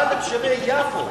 אבל לתושבי יפו,